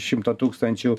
šimto tūkstančių